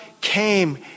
came